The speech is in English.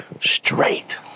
straight